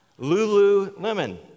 Lululemon